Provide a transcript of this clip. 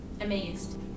Amazed